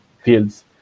fields